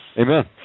Amen